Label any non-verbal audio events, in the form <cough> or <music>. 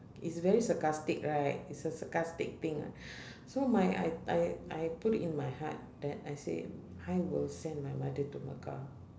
it's very sarcastic right it's a sarcastic thing <breath> so my I I I put it in my heart that I say I will send my mother to mecca